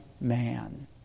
man